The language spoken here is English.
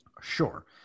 Sure